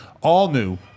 all-new